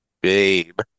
babe